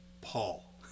Paul